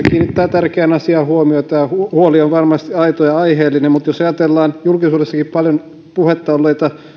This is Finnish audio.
tärkeään asiaan huomiota ja huoli on varmasti aito ja aiheellinen mutta jos ajatellaan julkisuudessakin paljon puheissa ollutta